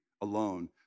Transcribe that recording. alone